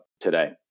today